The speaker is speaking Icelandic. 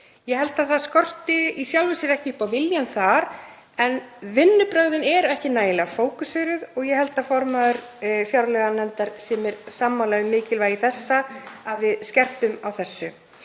Ég held að það skorti í sjálfu sér ekki upp á viljann þar en vinnubrögðin eru ekki nægilega fókuseruð og ég held að formaður fjárlaganefndar sé mér sammála um mikilvægi þess að við skerpum á þessu.